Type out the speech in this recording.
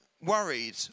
worried